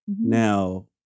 Now